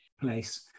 place